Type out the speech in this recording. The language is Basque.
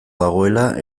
dagoela